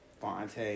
Fonte